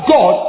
God